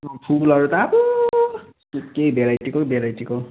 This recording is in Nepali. फुलहरू त आम्बो के के भेराइटीको भेराइटीको